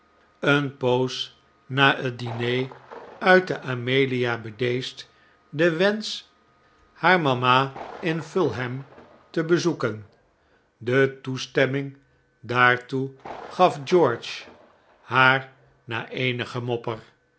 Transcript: een poos na het diner uitte amelia bedeesd den wensch haar mama te fulham te bezoeken de toestemming daartoe gaf george haar na eenig gemopper